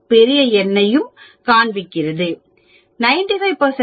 பெரிய N க்கான t மதிப்பையும் காண்பிப்பேன்